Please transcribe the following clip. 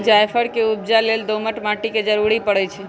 जाफर के उपजा लेल दोमट माटि के जरूरी परै छइ